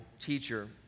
teacher